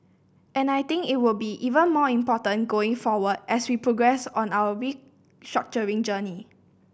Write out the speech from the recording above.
and I think it will be even more important going forward as we progress on our restructuring journey